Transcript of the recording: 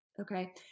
okay